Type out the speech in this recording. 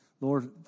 lord